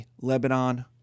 Lebanon